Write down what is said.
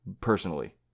personally